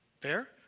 Fair